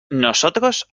nosotros